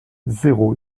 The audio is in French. zéro